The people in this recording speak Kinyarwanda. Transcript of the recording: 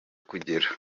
kugera